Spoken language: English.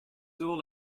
all